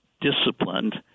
disciplined